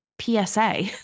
PSA